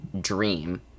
dream